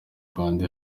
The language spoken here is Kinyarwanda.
rwanda